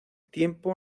tiempo